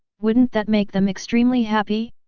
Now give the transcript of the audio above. wouldn't that make them extremely happy?